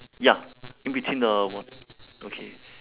ya in between the w~ okay